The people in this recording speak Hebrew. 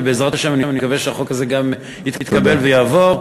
ואני מקווה שהחוק הזה בעזרת השם גם יתקבל ויעבור,